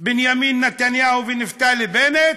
בנימין נתניהו ונפתלי בנט.